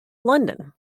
london